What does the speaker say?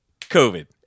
COVID